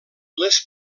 les